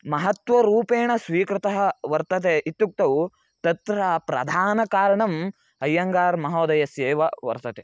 महत्वरूपेण स्वीकृतः वर्तते इत्युक्तौ तत्र प्रधानं कारणम् अय्यङ्गारमहोदयस्येव वर्तते